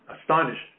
astonished